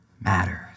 matters